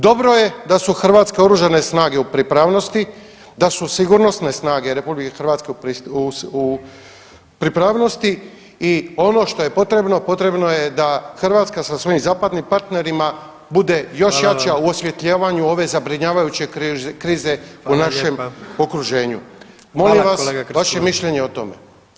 Dobro je da si hrvatske Oružane snage u pripravnosti, da su sigurnosne snage RH u pripravnosti i ono što je potrebno, potrebno je da Hrvatska sa svojim zapadnim partnerima bude još jača [[Upadica: Hvala vam.]] u osvjetljavanju ove zabrinjavajuće krize [[Upadica: Hvala lijepa.]] u našem okruženju [[Upadica: Hvala kolega Krstulović.]] Molim vas vaše mišljenje o tome.